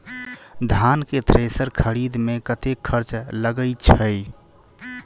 धान केँ थ्रेसर खरीदे मे कतेक खर्च लगय छैय?